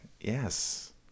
yes